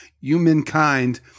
humankind